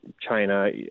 China